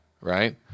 right